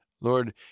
Lord